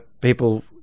people